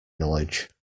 knowledge